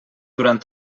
durant